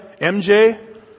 MJ